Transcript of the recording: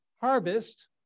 harvest